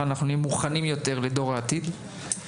נהיה מוכנים יותר לדור העתיד.